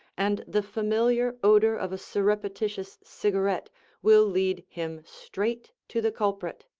and the familiar odor of a surreptitious cigarette will lead him straight to the culprit.